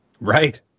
Right